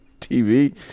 TV